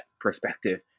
perspective